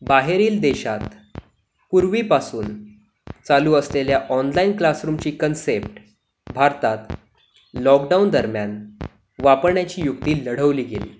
बाहेरील देशात पूर्वीपासून चालू असलेल्या ऑनलाईन क्लासरूमची कन्सेप्ट भारतात लॉकडाउन दरम्यान वापरण्याची युक्ती लढवली गेली